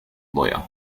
lawyer